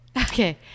Okay